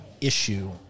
issue